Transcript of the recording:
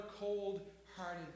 cold-hearted